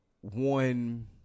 one